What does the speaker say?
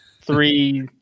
three